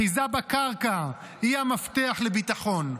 אחיזה בקרקע היא המפתח לביטחון.